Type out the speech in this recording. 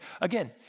Again